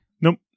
nope